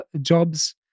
jobs